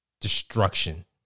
destruction